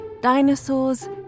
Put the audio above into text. dinosaurs